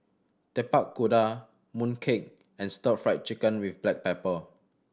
Tapak Kuda mooncake and Stir Fried Chicken with black pepper